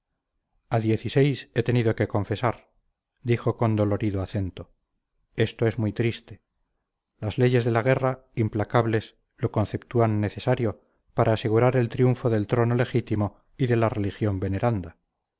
y seis he tenido que confesar dijo con dolorido acento esto es muy triste las leyes de la guerra implacables lo conceptúan necesario para asegurar el triunfo del trono legítimo y de la religión veneranda